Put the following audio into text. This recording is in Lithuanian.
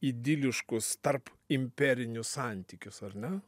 idiliškus tarp imperinius santykius ar ne